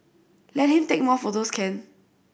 let him take more photos can